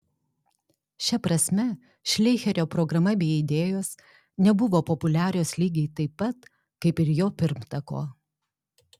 šia prasme šleicherio programa bei idėjos nebuvo populiarios lygiai taip pat kaip ir jo pirmtako